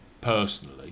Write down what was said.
personally